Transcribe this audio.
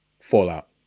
fallout